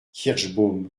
kirschbaum